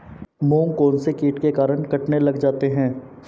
मूंग कौनसे कीट के कारण कटने लग जाते हैं?